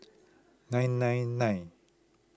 nine nine nine